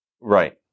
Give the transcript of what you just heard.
right